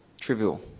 trivial